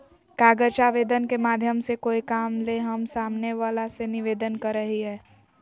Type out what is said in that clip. कागज आवेदन के माध्यम से कोय काम ले हम सामने वला से निवेदन करय हियय